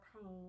pain